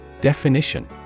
Definition